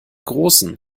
großen